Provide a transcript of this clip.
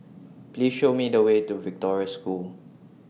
Please Show Me The Way to Victoria School